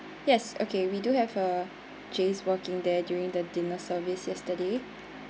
yes okay we do have uh james working there during the dinner service yesterday